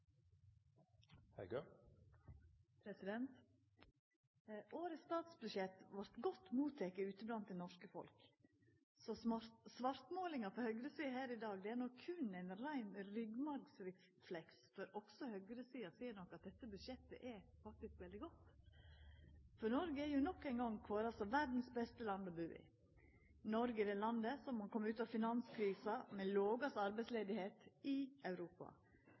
kommunene. Årets statsbudsjett vart godt motteke ute blant det norske folk. Så svartmålinga frå høgresida her i dag er nok berre ein rein ryggmergsrefleks, for også høgresida ser nok at dette budsjettet faktisk er veldig godt. Noreg er jo nok ein gong kåra til verdas beste land å bu i. Noreg er det landet som har kome ut av finanskrisa med lågast arbeidsløyse i Europa.